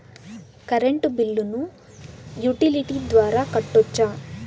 Current బిల్లును utility ద్వారా కట్టొచ్చా?